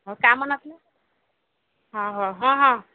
ହଉ କାମ ନ ଥିଲେ ହଁ ହଁ ହଁ ହଁ